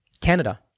Canada